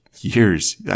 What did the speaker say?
years